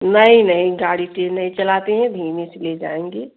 नहीं नहीं गाड़ी तेज़ नहीं चलाते हैं धीमे से ले जाएँगे